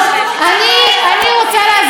היא הולכת ומשתכללת.